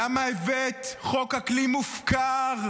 למה הבאת חוק אקלים מופקר,